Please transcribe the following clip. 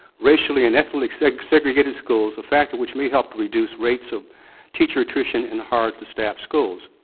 racially and ethically segregated schools, a factor which may help to reduce rates of teacher attrition in hard to staff schools.